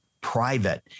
private